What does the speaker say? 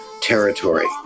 territory